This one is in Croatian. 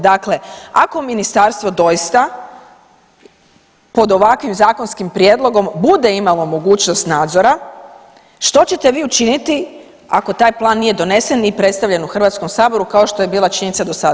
Dakle, ako ministarstvo doista pod ovakvim zakonskim prijedlogom bude imalo mogućnost nadzora što ćete vi učiniti ako taj plan nije donesen i predstavljen u Hrvatskom saboru kao što je bila činjenica dosada.